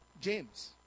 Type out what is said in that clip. James